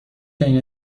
چنین